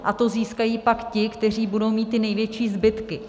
A to získají pak ti, kteří budou mít ty největší zbytky.